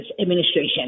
administration